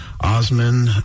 Osman